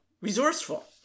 resourceful